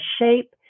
shape